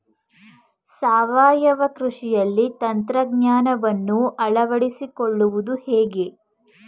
ಸಾವಯವ ಕೃಷಿಯಲ್ಲಿ ತಂತ್ರಜ್ಞಾನವನ್ನು ಅಳವಡಿಸಿಕೊಳ್ಳುವುದು ಹೇಗೆ?